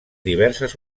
diverses